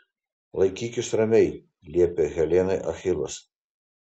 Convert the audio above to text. laikykis ramiai liepė helenai achilas